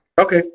Okay